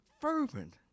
fervent